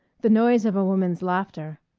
the noise of a woman's laughter.